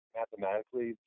mathematically